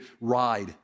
ride